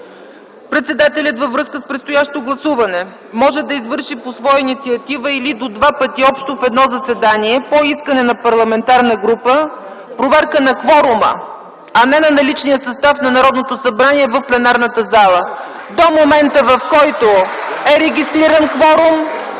Председателят, във връзка с предстоящо гласуване, може да извърши по своя инициатива или до два пъти общо в едно заседание по искане на парламентарна група проверка на кворума”, а не на наличния състав на Народното събрание в пленарната зала. (Силен шум, възгласи и